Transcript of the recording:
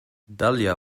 dahlia